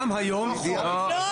גם היום --- עמנואל,